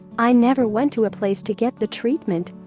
i never went to a place to get the treatment.